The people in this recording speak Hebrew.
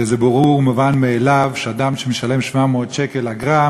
וזה ברור ומובן מאליו שאדם שמשלם 700 שקל אגרה,